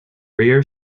rear